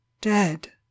Dead